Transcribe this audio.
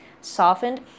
softened